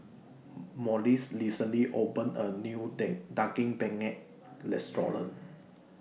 Morris recently opened A New deg Daging Penyet Restaurant